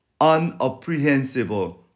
unapprehensible